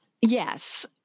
yes